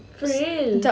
for real